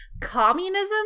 communism